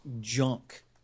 junk